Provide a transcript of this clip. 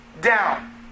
down